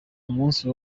umunsi